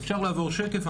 אפשר לעבור שקף,